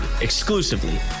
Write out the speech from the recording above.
exclusively